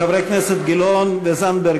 חברי הכנסת גילאון וזנדברג,